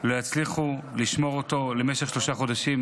לא יצליחו לשמור אותו למשך שלושה חודשים.